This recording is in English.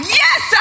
yes